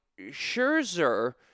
Scherzer